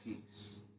peace